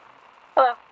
Hello